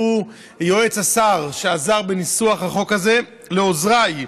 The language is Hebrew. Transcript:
שהוא יועץ השר, שעזר בניסוח החוק הזה, לעוזריי,